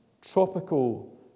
tropical